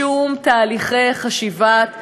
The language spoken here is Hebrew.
שום תהליכי חשיבת עומק.